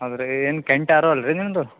ಹೌದಾ ರೀ ಏನು ಕೆಂಟ್ ಆರ್ ಓ ಅಲ್ರೀ ನಿಮ್ಮದು